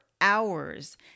hours